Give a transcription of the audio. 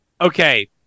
Okay